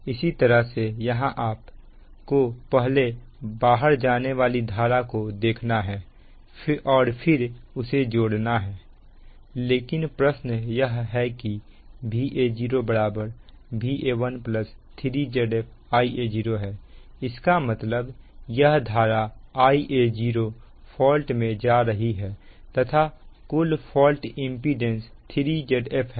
इसी प्रकार से यहां आप को पहले बाहर जाने वाली धारा को देखना है और फिर उसे जोड़ना है लेकिन प्रश्न यह है कि Va0 Va1 3 Zf Ia0 है इसका मतलब यह धारा Ia0 फॉल्ट में जा रही है तथा कुल फॉल्ट इंपीडेंस 3 Zf है